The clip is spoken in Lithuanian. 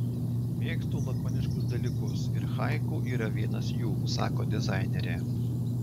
mėgstu lakoniškus dalykus ir haiku yra vienas jų sako dizainerė